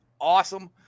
awesome